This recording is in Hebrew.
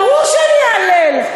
ברור שאני אהלל.